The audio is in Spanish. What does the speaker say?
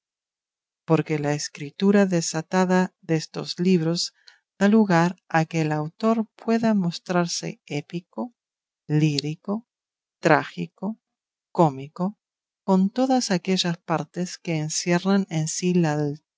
porque la escritura desatada destos libros da lugar a que el autor pueda mostrarse épico lírico trágico cómico con todas aquellas partes que encierran en sí las